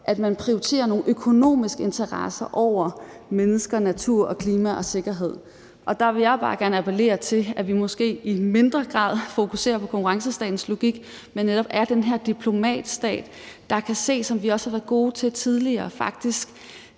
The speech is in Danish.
at man prioriterer nogle økonomiske interesser over mennesker, natur, klima og sikkerhed, og der vil jeg bare gerne appellere til, at vi måske i mindre grad fokuserer på konkurrencestatens logik, men at vi netop er den her diplomatstat, der kan se – det har vi også været gode til tidligere –